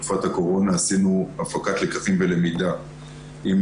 בתקופת הקורונה עשינו הפקת לקחים ולמידה עם